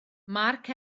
mark